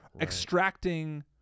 extracting